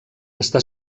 està